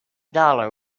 dollar